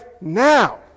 now